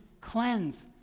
cleanse